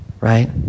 Right